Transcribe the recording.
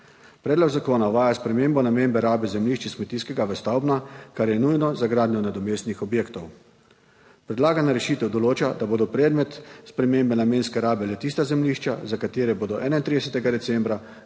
Predlog zakona uvaja spremembo namembe rabe zemljišč iz kmetijskega v stavbno, kar je nujno za gradnjo nadomestnih objektov. Predlagana rešitev določa, da bodo predmet spremembe namenske rabe le tista zemljišča, za katere bo do 31. decembra